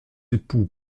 époux